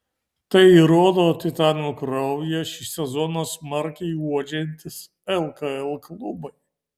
tai įrodo titanų kraują šį sezoną smarkiai uodžiantys lkl klubai